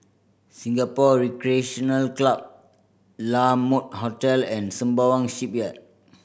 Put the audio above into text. Singapore Recreation Club La Mode Hotel and Sembawang Shipyard